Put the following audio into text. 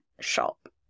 shop